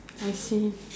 I see